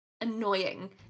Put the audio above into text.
annoying